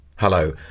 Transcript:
Hello